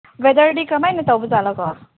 ꯋꯦꯗꯔꯗꯤ ꯀꯃꯥꯏꯅ ꯇꯧꯕꯖꯥꯠꯂꯀꯣ